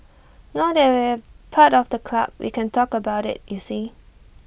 now that we're part of the club we can talk about IT you see